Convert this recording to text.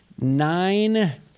Nine